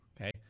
Okay